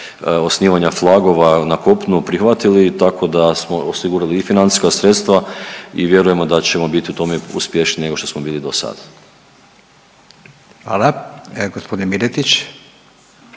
osnivanja FLAG-ova na kopnu prihvatili. Tako da smo osigurali i financijska sredstva i vjerujemo da ćemo biti u tome uspješniji nego što smo bili dosada. **Radin, Furio